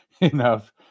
enough